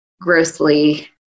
grossly